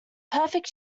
perfect